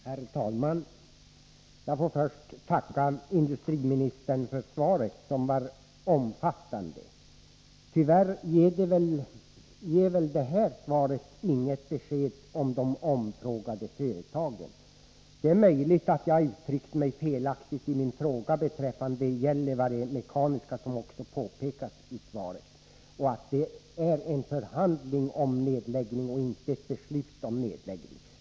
Herr talman! Jag får först tacka industriministern för svaret, som var omfattande. Tyvärr ger det här svaret inget besked om de företag jag har frågat om. Det är möjligt att jag har uttryckt mig felaktigt i min fråga beträffande Gällivare Mekaniska. Det påpekas också i svaret att det är fråga om en förhandling om nedläggning och inte ett beslut om nedläggning.